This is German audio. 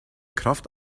kraft